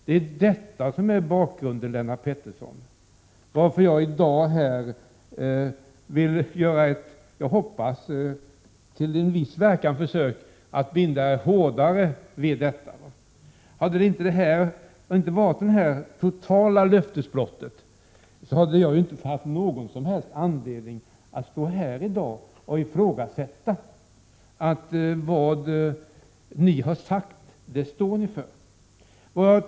Det är detta som är bakgrunden, Lennart Pettersson, till att jag här i dag gör ett försök, som jag hoppas skall ha åtminstone en viss verkan, att binda er hårdare vid ert löfte. Om detta totala löftesbrott inte hade inträffat, skulle jag inte ha haft någon som helst anledning att här i dag ifrågasätta att ni står för det som ni har sagt.